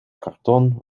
karton